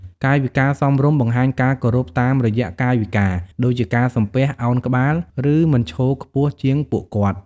កាយវិការសមរម្យ បង្ហាញការគោរពតាមរយៈកាយវិការ ដូចជាការសំពះ ឱនក្បាល ឬមិនឈរខ្ពស់ជាងពួកគាត់។